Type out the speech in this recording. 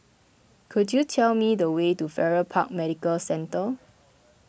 could you tell me the way to Farrer Park Medical Centre